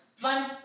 One